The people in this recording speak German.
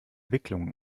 wicklungen